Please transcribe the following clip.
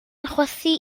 chwythu